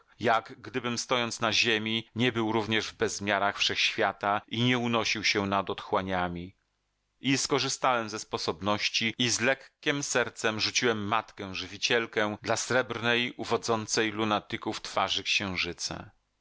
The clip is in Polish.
jak gdybym stojąc na ziemi nie był również w bezmiarach wszechświata i nie unosił się nad otchłaniami i skorzystałem ze sposobności i z lekkiem sercem rzuciłem matkę żywicielkę dla srebrnej uwodzącej lunatyków twarzy księżyca